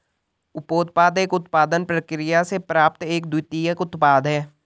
उपोत्पाद एक उत्पादन प्रक्रिया से प्राप्त एक द्वितीयक उत्पाद है